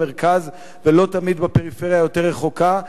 במרכז ולא תמיד בפריפריה היותר רחוקה,